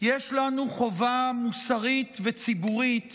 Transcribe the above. יש לנו חובה מוסרית וציבורית